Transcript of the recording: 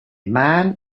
man